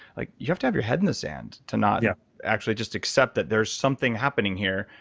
like you have to have your head in the sand to not yeah actually just accept that there's something happening here,